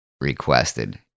requested